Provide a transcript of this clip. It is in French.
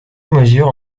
mesure